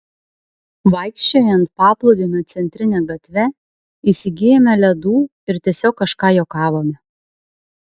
vaikščiojant paplūdimio centrine gatve įsigijome ledų ir tiesiog kažką juokavome